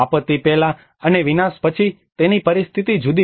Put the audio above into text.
આપત્તિ પહેલા અને વિનાશ પછી તેની પરિસ્થિતિ જુદી છે